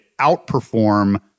outperform